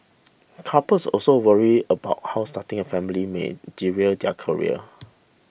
couples also worry about how starting a family may derail their careers